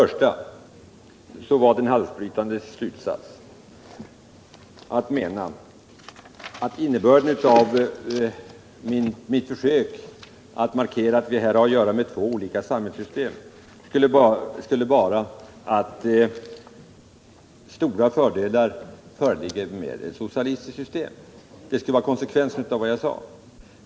Det var halsbrytande att mena att innebörden av mitt försök att markera att vi här har att göra med två olika samhällssystem skulle vara att ett socialistiskt system har stora fördelar. Det skulle vara konsekvensen av vad jag sade.